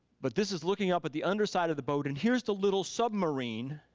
but this is looking up at the underside of the boat and here's the little submarine